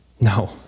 No